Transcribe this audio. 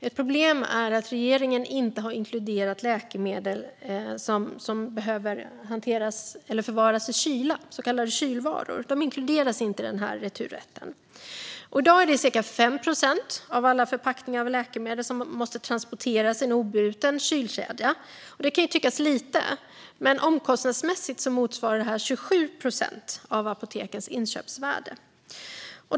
Ett problem är dock att regeringen inte har inkluderat läkemedel som behöver förvaras i kyla, så kallade kylvaror, i returrätten. I dag är det cirka 5 procent av alla förpackningar med läkemedel som måste transporteras i en obruten kylkedja. Det kan tyckas lite, men omkostnadsmässigt motsvarar detta 27 procent av apotekens inköpsvärde.